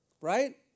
right